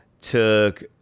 took